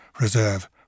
reserve